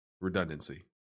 redundancy